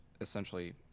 essentially